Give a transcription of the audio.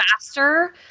faster